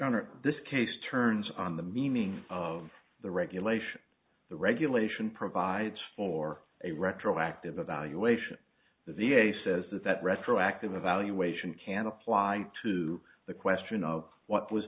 under this case turns on the meaning of the regulation the regulation provides for a retroactive evaluation the v a says that that retroactive evaluation can apply to the question of what was